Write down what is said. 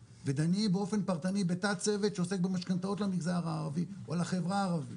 באופן פרטני בתת צוות שעוסק במשכנתאות למגזר הערבי או לחברה הערבית